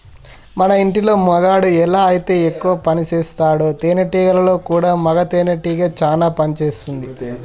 మన ఇంటిలో మగాడు ఎలా అయితే ఎక్కువ పనిసేస్తాడో తేనేటీగలలో కూడా మగ తేనెటీగ చానా పని చేస్తుంది